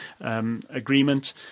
agreement